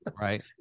Right